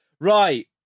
Right